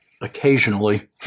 occasionally